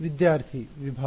ವಿದ್ಯಾರ್ಥಿ ವಿಭಾಗ